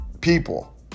people